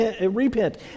repent